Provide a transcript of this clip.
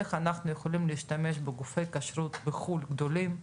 איך אנחנו יכולים להשתמש בגופי כשרות גדולים בחו"ל,